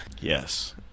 Yes